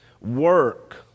work